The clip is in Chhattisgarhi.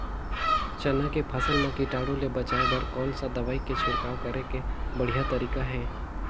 चाना के फसल मा कीटाणु ले बचाय बर कोन सा दवाई के छिड़काव करे के बढ़िया तरीका हे?